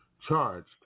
charged